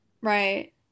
Right